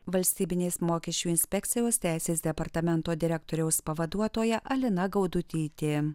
valstybinės mokesčių inspekcijos teisės departamento direktoriaus pavaduotoja alina gaudutytė